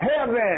Heaven